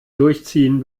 durchziehen